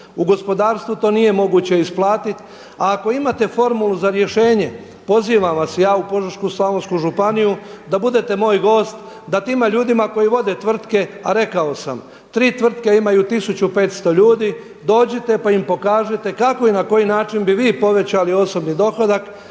u gospodarstvu to nije moguće isplatiti. A ako imate formulu za rješenje, pozivam vas ja u Požeško-slavonsku županiju da budete moj gost, da tim ljudima koji vode tvrtke, a rekao sam tri tvrtke imaju 1500 ljudi, dođite pa im pokažite kako i na koji način bi vi povećali osobni dohodak